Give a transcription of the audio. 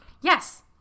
Yes